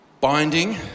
binding